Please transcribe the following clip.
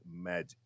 magic